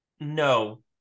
no